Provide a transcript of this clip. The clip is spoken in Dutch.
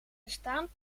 bestaan